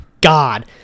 god